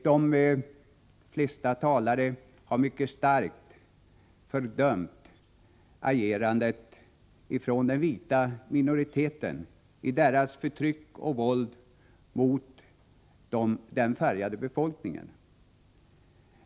De flesta talare har mycket starkt fördömt agerandet från den vita minoriteten, i dess förtryck och våld mot den färgade befolkningen.